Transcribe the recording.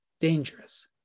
dangerous